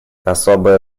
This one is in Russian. особое